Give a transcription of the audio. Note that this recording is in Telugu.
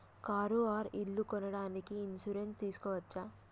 కారు ఆర్ ఇల్లు కొనడానికి ఇన్సూరెన్స్ తీస్కోవచ్చా?